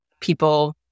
people